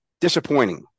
disappointing